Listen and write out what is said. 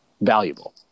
valuable